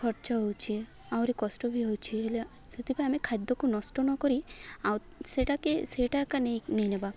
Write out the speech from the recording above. ଖର୍ଚ୍ଚ ହଉଛି ଆହୁରି କଷ୍ଟ ବି ହେଉଛି ହେଲେ ସେଥିପାଇଁ ଆମେ ଖାଦ୍ୟକୁ ନଷ୍ଟ ନକରି ଆଉ ସେଇଟାକେ ସେଇଟା ଏକା ନେଇ ନେଇ ନେବା